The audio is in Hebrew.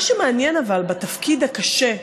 מה שמעניין בתפקיד הקשה,